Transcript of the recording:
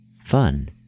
fun